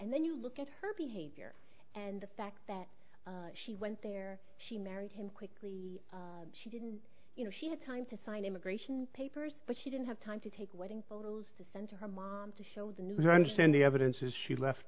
and then you look at her behavior and the fact that she went there she married him quickly she didn't you know she had time to sign immigration papers but she didn't have time to take wedding photos to send to her mom to show the news i understand the evidence is she left